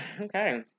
Okay